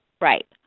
Right